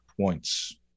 points